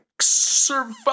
survive